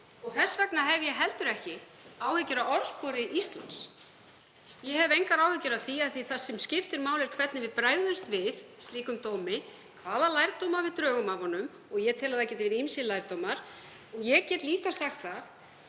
spyr þá hef ég heldur ekki áhyggjur af orðspori Íslands. Ég hef engar áhyggjur vegna þess að það sem skiptir máli er hvernig við bregðumst við slíkum dómi, hvaða lærdóma við drögum af honum. Og ég tel að það geti verið ýmsir lærdómar. Ég get líka sagt: Það